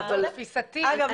אגב,